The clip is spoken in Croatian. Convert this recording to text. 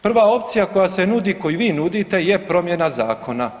Prva opcija koja se nudi, koju vi nudite je promjena zakona.